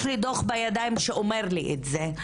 יש לי בידיים דוח שאומר לי את זה.